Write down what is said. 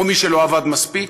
או מי שלא עבד מספיק,